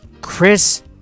Chris